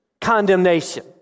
condemnation